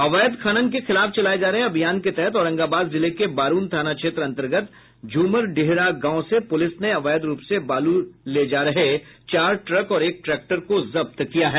अवैध खनन के खिलाफ चलाये जा रहे अभियान के तहत औरंगाबाद जिले के वारूण थाना क्षेत्र अन्तर्गत झूमर ढिहरा गांव से पुलिस ने अवैध रूप से बालू ले जा रहे चार ट्रक और एक ट्रैक्टर का जब्त किया है